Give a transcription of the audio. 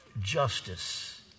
justice